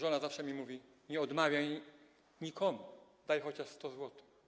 Żona zawsze mi mówi: nie odmawiaj nikomu, daj chociaż 100 zł.